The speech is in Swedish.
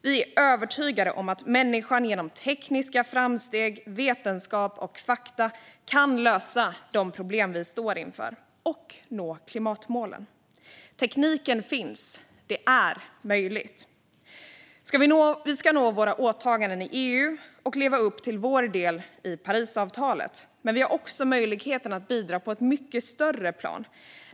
Vi är övertygade om att människan genom tekniska framsteg, vetenskap och fakta kan lösa de problem vi står inför och nå klimatmålen. Tekniken finns. Det är möjligt. Vi ska nå våra åtaganden i EU och leva upp till vår del av Parisavtalet, men vi har också möjligheten att bidra på ett mycket större plan.